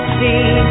see